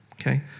okay